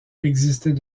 existait